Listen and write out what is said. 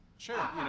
Sure